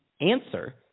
answer